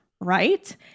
right